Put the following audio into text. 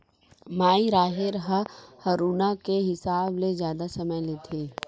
माई राहेर ह हरूना के हिसाब ले जादा समय लेथे